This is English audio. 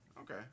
Okay